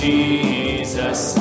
Jesus